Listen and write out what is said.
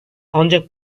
ancak